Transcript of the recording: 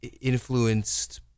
influenced